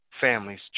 families